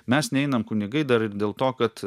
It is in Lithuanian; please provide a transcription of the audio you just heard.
mes neinam kunigai dar ir dėl to kad